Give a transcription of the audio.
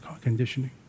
conditioning